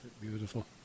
Beautiful